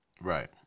Right